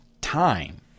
time